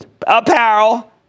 apparel